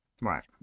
Right